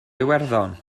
iwerddon